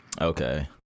Okay